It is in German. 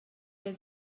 der